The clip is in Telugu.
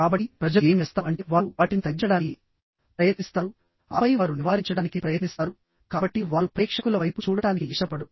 కాబట్టి ప్రజలు ఏమి చేస్తారు అంటే వారు వాటిని తగ్గించడానికి ప్రయత్నిస్తారు ఆపై వారు నివారించడానికి ప్రయత్నిస్తారు కాబట్టి వారు ప్రేక్షకుల వైపు చూడటానికి ఇష్టపడరు